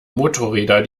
motorräder